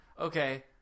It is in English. Okay